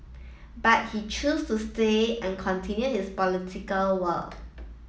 but he chose to stay and continue his political work